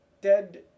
dead